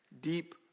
deep